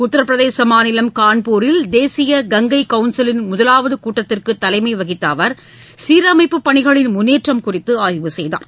உத்தரப்பிரதேச மாநிலம் கான்பூரில் தேசிய கங்கை கவுன்சிலின் முதலாவது கூட்டத்திற்குத் தலைமை வகித்த அவர் சீரமைப்புப் பணிகளின் முன்னேற்றம் குறித்து ஆய்வு செய்தார்